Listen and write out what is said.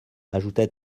ajouta